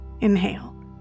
inhale